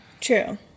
true